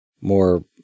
more